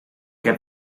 heb